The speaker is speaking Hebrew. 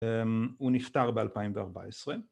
‫הוא נפטר ב-2014.